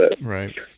Right